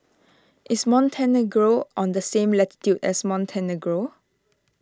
is Montenegro on the same latitude as Montenegro